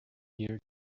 here